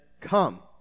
Come